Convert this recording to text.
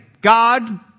God